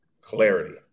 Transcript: clarity